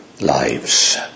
lives